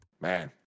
Man